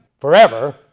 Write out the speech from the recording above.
forever